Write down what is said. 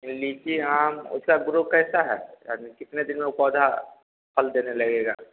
लीची आम उसका ग्रो कैसा है यानी कितने दिन में वह पौधा फल देने लगेगा